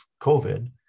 COVID